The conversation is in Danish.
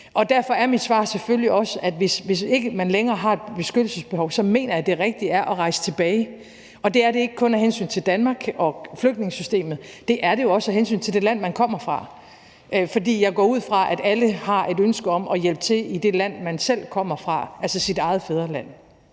Derfor er mit svar selvfølgelig også, at hvis ikke man længere har et beskyttelsesbehov, mener jeg, det rigtige er at rejse tilbage. Det er det ikke kun af hensyn til Danmark og flygtningesystemet, det er det jo også af hensyn til det land, man kommer fra, for jeg går ud fra, at alle har et ønske om at hjælpe til i det land, man selv kommer fra, altså ens eget fædreland.